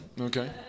Okay